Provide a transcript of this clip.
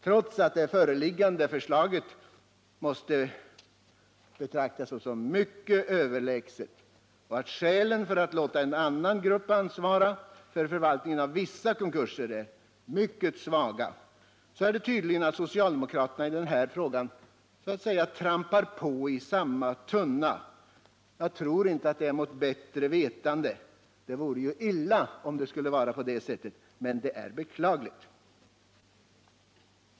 Trots att det föreliggande förslaget måste betraktas som mycket överlägset, och att skälen för att låta en annan grupp ansvara för förvaltningen av vissa konkurser är mycket svaga, är det tydligen så, att socialdemokraterna i denna fråga så att säga trampar på i samma tunna. Jag tror inte att det är mot bättre vetande det vore illa om det vore på det sättet. Men det är beklagligt.